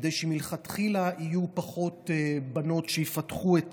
כדי שמלכתחילה יהיו פחות בנות שיפתחו את